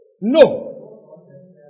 No